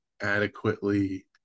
adequately